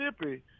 Mississippi